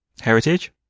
heritage